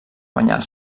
banyar